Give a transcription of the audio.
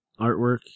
artwork